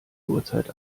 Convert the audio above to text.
uhrzeit